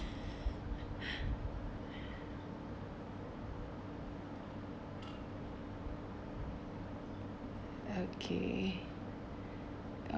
okay